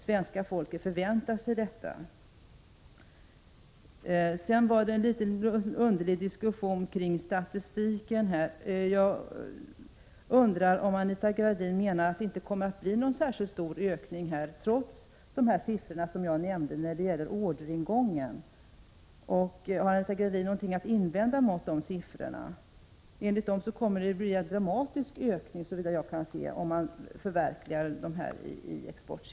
Svenska folket förväntar sig detta. Sedan var det en litet underlig diskussion kring statistiken. Jag undrar om Anita Gradin menar att det inte kommer att bli någon särskilt stor ökning av exporten trots de siffror som jag nämnde när det gällde orderingången. Har Anita Gradin något att invända mot siffrorna? Enligt dem kommer det att bli en dramatisk ökning av exporten om de förverkligas.